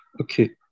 Okay